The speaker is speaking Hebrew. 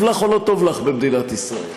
טוב לך או לא טוב לך במדינת ישראל?